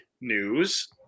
news